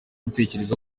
gutekereza